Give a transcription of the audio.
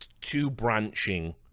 two-branching